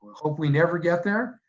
hope we never get there,